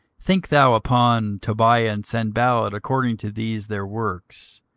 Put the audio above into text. think thou upon tobiah and sanballat according to these their works,